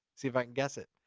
see if i can guess it.